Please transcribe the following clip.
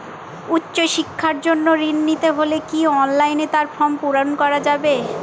উচ্চশিক্ষার জন্য ঋণ নিতে হলে কি অনলাইনে তার ফর্ম পূরণ করা যাবে?